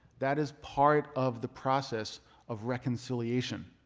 that is part of the process of reconciliation,